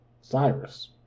Cyrus